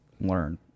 learn